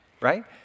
Right